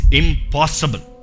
impossible